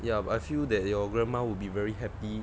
ya but I feel that your grandma will be very happy